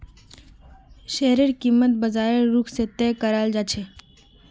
शेयरेर कीमत बाजारेर रुख से तय कराल जा छे